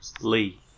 Lee